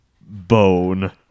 Bone